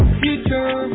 future